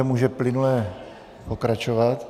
Může plynule pokračovat.